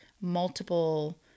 multiple